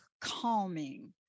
calming